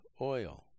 oil